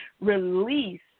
release